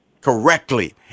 correctly